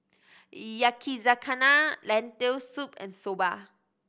Yakizakana Lentil Soup and Soba